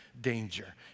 danger